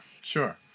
sure